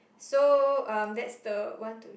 so um that's the one two